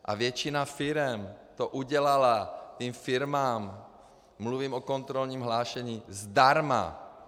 A většina firem to udělala těm firmám mluvím o kontrolním hlášení zdarma!